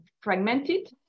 fragmented